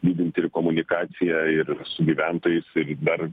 didinti ir komunikaciją ir su gyventojais ir dar